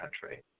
country